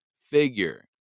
figure